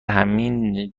همین